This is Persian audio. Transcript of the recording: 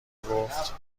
گفت